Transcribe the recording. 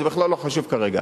זה בכלל לא חשוב כרגע.